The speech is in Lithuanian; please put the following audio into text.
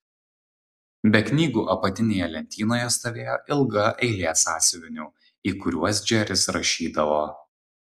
be knygų apatinėje lentynoje stovėjo ilga eilė sąsiuvinių į kuriuos džeris rašydavo